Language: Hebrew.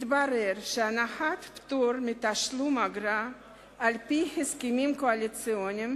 התברר שהענקת פטור מתשלום אגרה על-פי הסכמים קואליציוניים